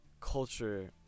culture